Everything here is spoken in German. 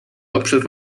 hauptstadt